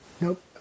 Nope